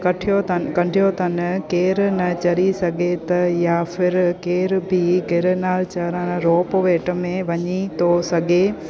कठियो अथनि गंढियो तन केर न चढ़ी सघे त या फिर केर बि गिरनार चढ़णु रोप वेट में वञी थो सघे